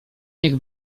niech